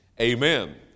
Amen